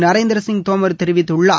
நரேந்திர சிங் தோமர் தெரிவித்துள்ளார்